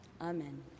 Amen